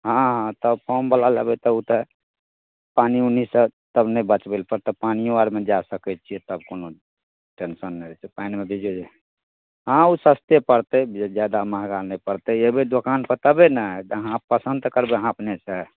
हँ तऽ कमवला लेबै तऽ ओ तऽ पानि उनिसे तब नहि बचबै ले पड़त तब पानिओ आओरमे जै सकै छिए तब कोनो टेन्शन नहि रहै छै पानिमे भिजै जे हाँ ओ सस्ते पड़तै जे जादा महगा नहि पड़तै अएबै दोकानपर तभे ने अहाँ पसन्द तऽ करबै अहाँ अपनेसे